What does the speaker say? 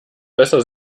besser